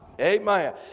Amen